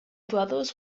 brothers